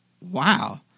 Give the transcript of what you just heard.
Wow